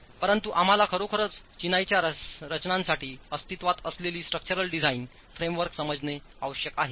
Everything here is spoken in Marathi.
परंतु आम्हाला खरोखरचचिनाईच्या रचनांसाठीअस्तित्त्वात असलेलीस्ट्रक्चरल डिझाइन फ्रेमवर्क समजणे आवश्यक आहे